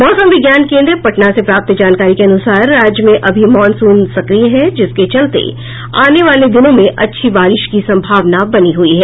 मौसम विज्ञान केंद्र पटना से प्राप्त जानकारी के अनुसार राज्य में अभी मॉनसून सक्रिय है जिसके चलते आने वाले दिनों में अच्छी बारिश की संभावना बनी हुई है